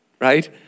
Right